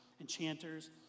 enchanters